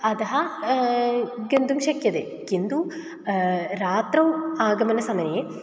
अतः गन्तुं शक्यते किन्तु रात्रौ आगमनसमये